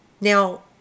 Now